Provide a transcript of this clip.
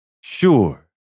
Sure